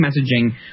messaging